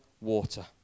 water